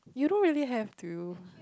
you don't really have to